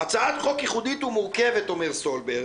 "הצעת חוק ייחודית ומורכבת" אומר סולרבג